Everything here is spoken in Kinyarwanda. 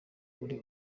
kuri